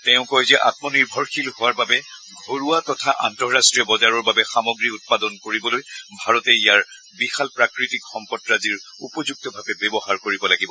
তেওঁ কয় যে আম্মনিৰ্ভৰশীল হোৱাৰ বাবে ঘৰুৱা তথা আন্তঃৰট্টীয় বজাৰৰ বাবে সামগ্ৰী উৎপাদন কৰিবলৈ ভাৰতে ইয়াৰ বিশাল প্ৰাকৃতিক সম্পদৰাজিৰ উপযুক্তভাৱে ব্যৱহাৰ কৰিব লাগিব